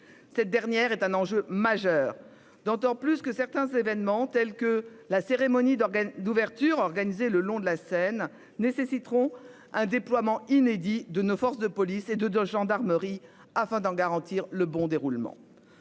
Cette dernière est un enjeu majeur d'autant plus que certains événements tels que la cérémonie d'organes d'ouverture organisé le long de la Seine nécessiteront un déploiement inédit de nos forces de police et de de gendarmerie afin d'en garantir le bon déroulement.